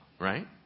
right